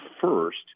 first